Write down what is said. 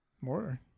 More